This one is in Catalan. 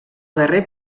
darrer